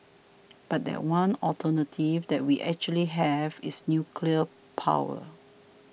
but that one alternative that we actually have is nuclear power